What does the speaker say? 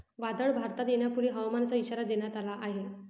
वादळ भारतात येण्यापूर्वी हवामानाचा इशारा देण्यात आला आहे